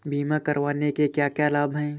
बीमा करवाने के क्या क्या लाभ हैं?